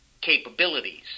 capabilities